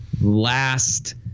last